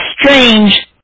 strange